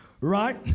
Right